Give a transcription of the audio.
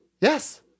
Yes